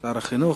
שר החינוך,